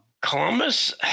columbus